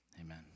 Amen